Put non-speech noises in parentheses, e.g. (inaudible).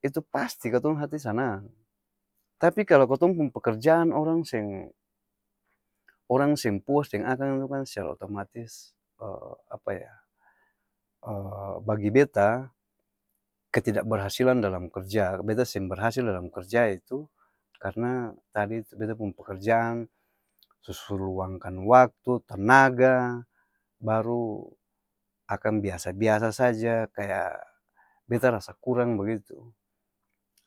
Itu pasti katong hati sanang, tapi kalo katong pung pekerjaan orang seng orang seng puas deng akang tu kan secara otomatis (hesitation) bagi beta, ketidak keberhasilan dalam kerja, beta seng berhasil dalam kerja itu, karna tadi tu beta pung pekerjaan su su luangkan waktu, tenaga, baru akang biasa-biasa saja, kaya beta rasa kurang bagitu,